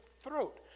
throat